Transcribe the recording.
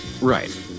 Right